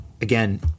again